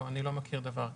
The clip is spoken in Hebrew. לא, אני לא מכיר דבר כזה.